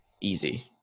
easy